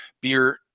Beer